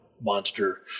monster